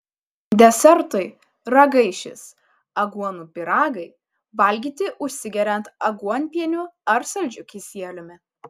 desertui ragaišis aguonų pyragai valgyti užsigeriant aguonpieniu ar saldžiu kisieliumi